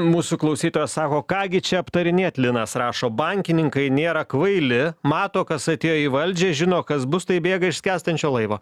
mūsų klausytojas sako ką gi čia aptarinėt linas rašo bankininkai nėra kvaili mato kas atėjo į valdžią žino kas bus tai bėga iš skęstančio laivo